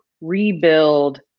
rebuild